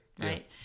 Right